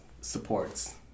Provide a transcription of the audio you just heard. supports